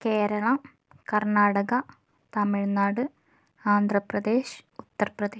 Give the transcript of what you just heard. Keralam Karnataka Tamil Nadu Andhra Pradesh Uttar Pradesh